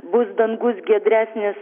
bus dangus giedresnis